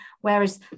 whereas